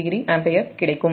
5oஆம்பியர் கிடைக்கும்